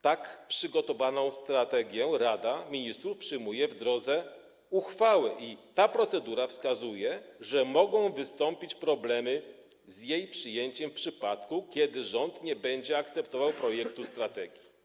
Tak przygotowaną strategię Rada Ministrów przyjmuje w drodze uchwały i ta procedura wskazuje, że mogą wystąpić problemy z jej przyjęciem, w przypadku kiedy rząd nie będzie akceptował projektu strategii.